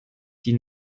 die